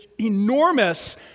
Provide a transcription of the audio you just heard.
enormous